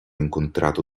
incontrato